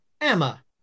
Emma